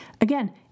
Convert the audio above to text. Again